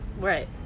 Right